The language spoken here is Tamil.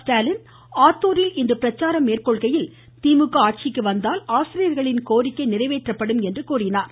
ஸ்டாலின் ஆத்தூரில் இன்று பிரச்சாரம் மேற்கொள்கையில் திமுக ஆட்சிக்கு வந்தால் ஆசிரியர்களின் கோரிக்கை நிறைவேற்றப்படும் என்றார்